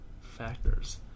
factors